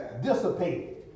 dissipated